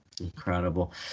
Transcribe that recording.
Incredible